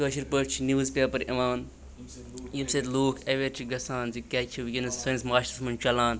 کٲشِر پٲٹھۍ چھِ newspaper یِوان ییٚمۍ سۭتۍ لوٗکھ اٮ۪ویَر چھِ گژھان زِ کیٛاہ چھِ وٕکٮ۪نَس سٲنِس معاشرَس منٛز چَلان